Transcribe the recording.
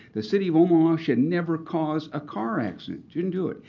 the city of omaha should never cause a car accident. shouldn't do it.